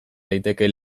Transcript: daiteke